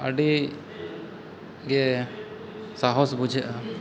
ᱟᱹᱰᱤ ᱜᱮ ᱥᱟᱦᱚᱥ ᱵᱩᱡᱷᱟᱹᱜᱼᱟ